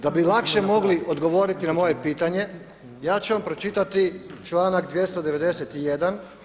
Da bi lakše mogli odgovoriti na moje pitanje, ja ću vam pročitati članak 291.